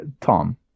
Tom